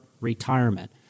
retirement